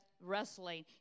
wrestling